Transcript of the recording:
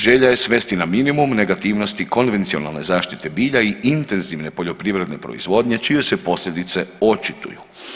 Želja je svesti na minimum negativnosti konvencionalne zaštite bilja i intenzivne poljoprivredne proizvodnje čije se posljedice očituju.